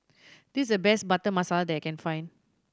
this is the best Butter Masala that I can find